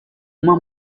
uma